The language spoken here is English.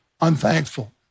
unthankful